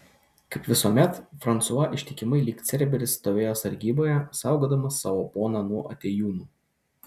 kaip visuomet fransua ištikimai lyg cerberis stovėjo sargyboje saugodamas savo poną nuo atėjūnų